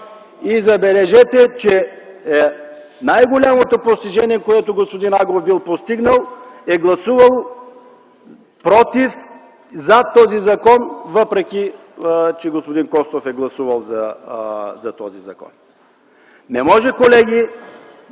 И забележете, че най-голямото постижение, което господин Агов бил постигнал, е, че е гласувал „против” този закон, въпреки че господин Костов бил гласувал „за” този закон. (Оживление.)